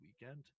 weekend